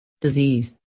disease